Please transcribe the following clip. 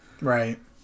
Right